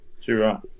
Sure